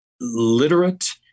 literate